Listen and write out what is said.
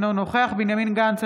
אינו נוכח בנימין גנץ,